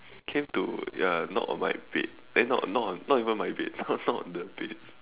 came to ya knock on my bed eh not not not even my bed knock knock on the bed